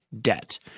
debt